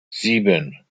sieben